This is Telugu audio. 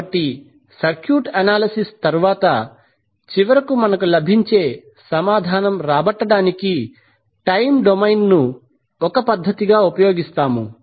కాబట్టి సర్క్యూట్ అనాలిసిస్ తర్వాత చివరకు మనకు లభించే సమాధానం రాబట్టడానికి టైమ్ డొమైన్ను ఒక పద్ధతిగా ఉపయోగిస్తాము